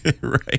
Right